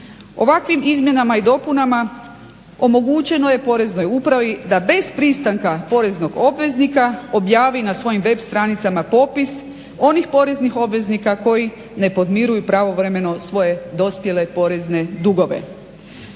Ovakvim izmjenama i dopunama omogućeno je poreznoj upravi da bez pristanka poreznog obveznika objavi na svojim web stranicama popis onih poreznih obveznika koji ne podmiruju pravovremeno svoje dospjele porezne dugove.